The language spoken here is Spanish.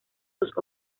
sus